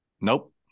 Nope